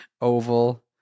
Oval